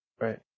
Right